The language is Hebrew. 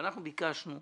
ואנחנו ביקשנו,